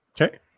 Okay